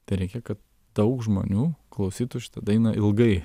tereikia kad daug žmonių klausytų šitą dainą ilgai